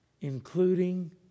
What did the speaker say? including